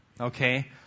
Okay